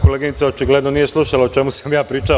Koleginica očigledno nije slušala o čemu sam ja pričao.